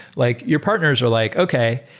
like your partners are like, okay.